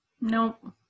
nope